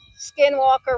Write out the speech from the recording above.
Skinwalker